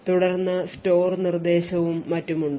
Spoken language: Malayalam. തുടർന്ന് store നിർദ്ദേശവും മറ്റും ഉണ്ട്